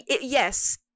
yes